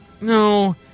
No